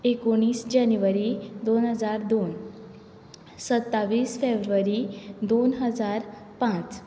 एकुणीस जानेवारी दोन हजार दोन सत्तावीस फेब्रुवारी दोन हजार पांच